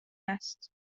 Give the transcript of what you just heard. است